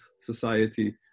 society